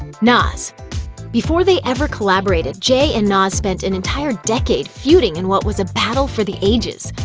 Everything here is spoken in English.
nas before they ever collaborated, jay and nas spent an entire decade feuding in what was a battle for the ages.